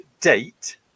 date